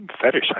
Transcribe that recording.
fetish